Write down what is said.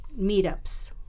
meetups